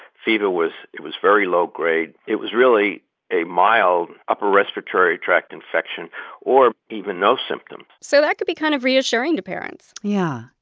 fever was it was very low-grade. it was really a mild upper respiratory tract infection or even no symptoms so that could be kind of reassuring to parents yeah.